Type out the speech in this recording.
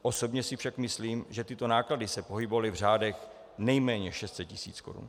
Osobně si však myslím, že tyto náklady se pohybovaly v řádech nejméně 600 000 korun.